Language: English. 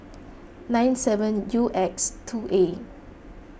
nine seven U X two A